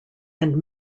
and